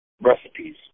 recipes